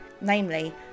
Namely